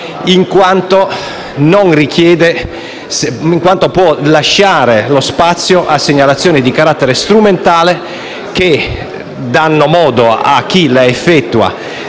in quanto può lasciare spazio a segnalazioni di carattere strumentale che danno modo a chi le effettua